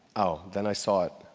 ah then i saw it.